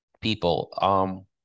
people